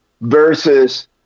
versus